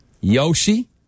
Yoshi